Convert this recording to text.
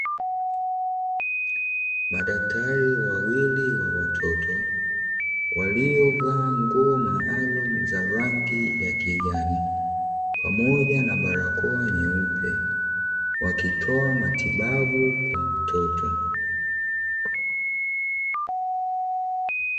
Madaktari wawili wa watoto waliovaa nguo maalumu za rangi ya kijani pamoja na barakoa nyeupe, wakitoa matibabu kwa mtoto.